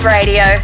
Radio